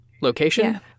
location